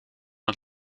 het